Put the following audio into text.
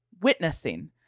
witnessing